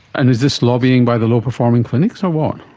and is this lobbying by the low performing clinics or what?